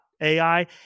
AI